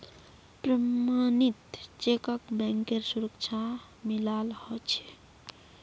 प्रमणित चेकक बैंकेर सुरक्षा मिलाल ह छे